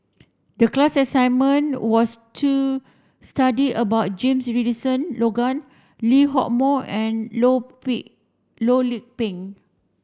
the class assignment was to study about James Richardson Logan Lee Hock Moh andLoh Loh Lik Peng